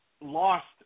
lost